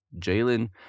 Jalen